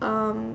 um